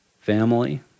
Family